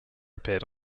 appeared